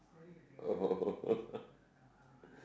oh